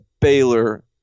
Baylor